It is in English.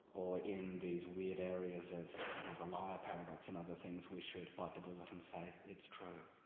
or in these weird areas of you know the liar paradox and other things, we should bite the bullet and say it's true.